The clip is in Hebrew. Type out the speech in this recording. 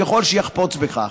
ככל שיחפוץ בכך.